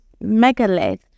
megalith